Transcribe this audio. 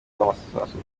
rw’amasasu